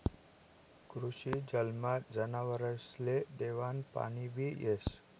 कृषी जलमा जनावरसले देवानं पाणीबी येस